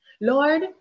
Lord